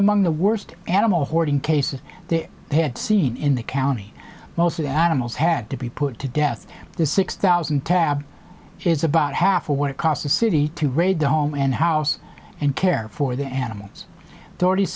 among the worst animal hoarding cases they had seen in the county most of the animals had to be put to death the six thousand tab is about half of what it cost the city to raid the home and house and care for the animals d